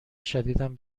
شدیدم